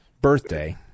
birthday